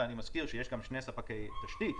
ואני מזכיר שיש גם שני ספקי תשתית.